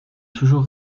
toujours